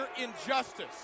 injustice